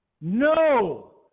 No